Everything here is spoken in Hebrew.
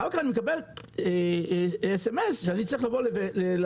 אחר כך קיבלתי סמס שאני צריך לבוא לוועדה.